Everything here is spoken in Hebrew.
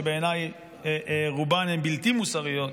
שבעיניי רובן הן בלתי מוסריות,